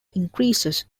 increases